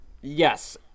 Yes